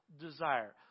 desire